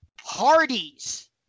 Hardys